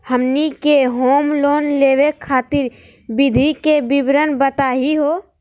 हमनी के home loan लेवे खातीर विधि के विवरण बताही हो?